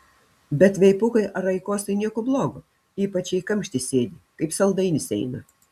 bet veipukai ar aikosai nieko blogo ypač jei kamšty sėdi kaip saldainis eina